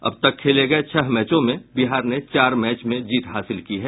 अब तक खेले गये छह मैचों में बिहार ने चार मैच में जीत हासिल की है